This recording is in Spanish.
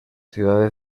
ciudades